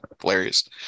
hilarious